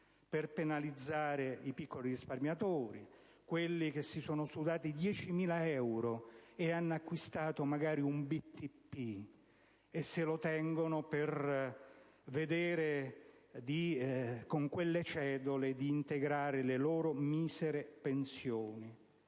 per penalizzare i piccoli risparmiatori, quelli che si sono sudati 10.000 euro e magari hanno acquistato dei BTP che tengono per cercare, con quelle cedole, di integrare le loro misere pensioni.